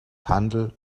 handle